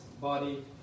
Body